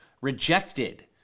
rejected